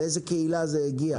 לאיזו קהילה זה הגיע.